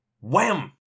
Wham